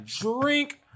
drink